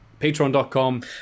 Patreon.com